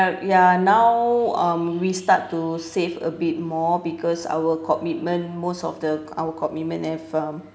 ya now um we start to save a bit more because our commitment most of the our commitment have um